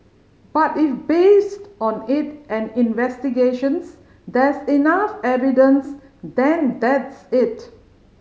but if based on it and investigations there's enough evidence then that's it